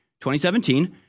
2017—